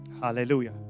Hallelujah